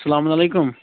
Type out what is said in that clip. سلامُن علیکُم